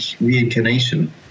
reincarnation